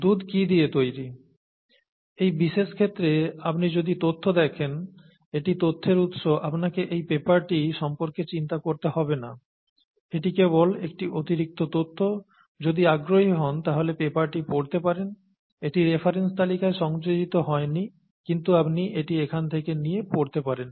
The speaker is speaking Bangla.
দুধ কি দিয়ে তৈরি এই বিশেষ ক্ষেত্রে আপনি যদি তথ্য দেখেন এটি তথ্যের উৎস আপনাকে এই পেপারটি সম্পর্কে চিন্তা করতে হবে না এটি কেবল একটি অতিরিক্ত তথ্য যদি আগ্রহী হন তাহলে পেপারটি পড়তে পারেন এটি রেফারেন্স তালিকায় সংযোজিত হয় নি কিন্তু আপনি এটি এখান থেকে নিয়ে পড়তে পারেন